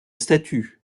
statue